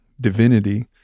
divinity